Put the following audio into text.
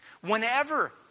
Whenever